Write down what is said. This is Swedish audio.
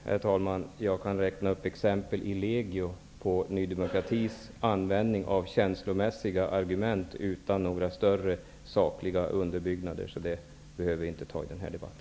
Herr talman! Jag kan räkna upp exempel i legio på Ny demokratis användning av känslomässiga argument utan några större sakliga underbyggnader. Det behöver vi inte diskutera i denna debatt.